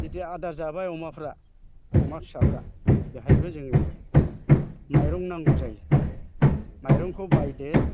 जेथिया आदार जाबाय अमाफ्रा अमा फिसाफ्रा बाहायबो जोङो माइरं नांगौ जायो माइरंखौ बायदो